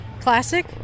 Classic